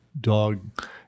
dog